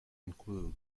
include